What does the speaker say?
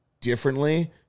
differently